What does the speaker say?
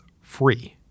free